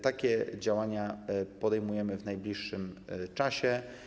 Takie działania podejmiemy w najbliższym czasie.